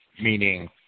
meaning